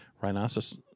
rhinoceros